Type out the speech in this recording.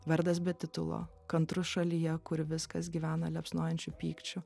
vardas be titulo kantrus šalyje kur viskas gyvena liepsnojančiu pykčiu